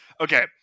Okay